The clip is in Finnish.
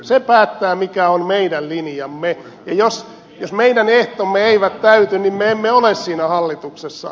se päättää mikä on meidän linjamme ja jos meidän ehtomme eivät täyty niin me emme ole siinä hallituksessa